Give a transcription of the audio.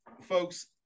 folks